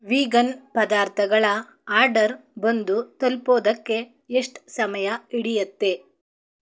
vegan ಪದಾರ್ಥಗಳ order ಬಂದು ತಲುಪೋದಕ್ಕೆ ಎಷ್ಟು ಸಮಯ ಹಿಡಿಯತ್ತೆ